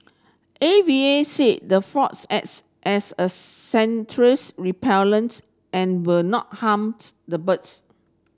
A V A said the fogs acts as a sensory repellent and will not harm the birds